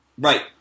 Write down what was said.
Right